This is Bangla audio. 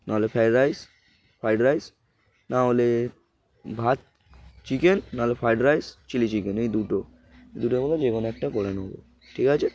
নাহলে ফ্রায়েড রাইস ফ্রায়েড রাইস নাহলে ভাত চিকেন নাহলে ফ্রায়েড রাইস চিলি চিকেন এই দুটো দুটো মধ্যে যে কোনো একটা করে নেবো ঠিক আছে